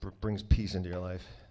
brings peace into your life